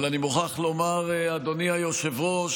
אבל אני מוכרח לומר, אדוני היושב-ראש,